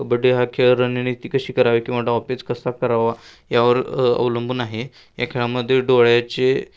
कबड्डी हा खेळ रणनीती कशी करावे किंवा डावपेच कसा करावा यावर अवलंबून आहे या खेळामध्ये डोळ्याचे